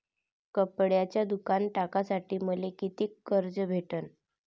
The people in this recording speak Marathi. कपड्याचं दुकान टाकासाठी मले कितीक कर्ज भेटन?